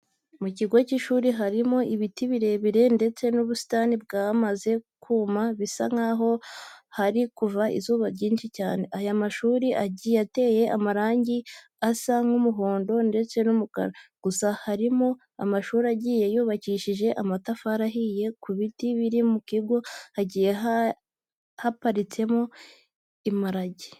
Mu kigo cy'ishuri harimo ibiti birebire ndetse n'ubusitani bwamaze kuma bisa nkaho hari kuva izuba ryinshi cyane. Aya mashuri agiye ateye amarangi asa nk'umuhondo ndetse n'umukara, gusa harimo amashuri agiye yubakishije amatafari ahiye. Ku biti biri mu kigo hagiye haparitseho amagare.